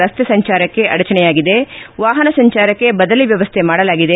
ರಸ್ತೆ ಸಂಚಾರಕ್ಕೆ ಅಡಚಣೆಯಾಗಿದೆ ವಾಹನ ಸಂಚಾರಕ್ಕೆ ಬದಲಿ ವ್ಯವಸ್ಥೆ ಮಾಡಲಾಗಿದೆ